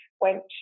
went